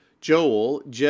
Joel